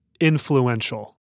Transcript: influential